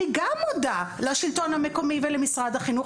אני גם מודה לשלטון המקומי ולמשרד החינוך